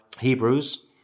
Hebrews